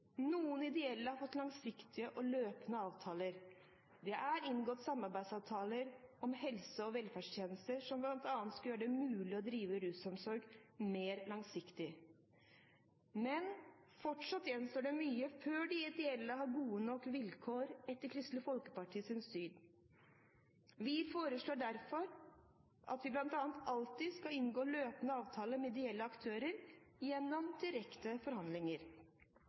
Noen ideelle har fått langsiktige og løpende avtaler. Det er inngått en samarbeidsavtale om helse- og velferdstjenester, som bl.a. skal gjøre det mulig å drive rusomsorg mer langsiktig. Men fortsatt gjenstår mye før de ideelle har gode nok vilkår, etter Kristelig Folkepartis syn. Vi foreslår derfor bl.a. at det alltid skal inngås løpende avtaler med ideelle aktører gjennom direkte forhandlinger.